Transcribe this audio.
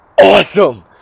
awesome